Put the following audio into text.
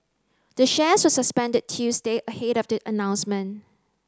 the shares were suspended Tuesday ahead of the announcement